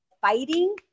Fighting